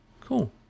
Cool